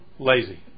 Lazy